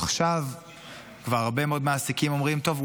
עכשיו כבר הרבה מעסיקים אומרים: טוב,